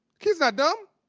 kids not dumb.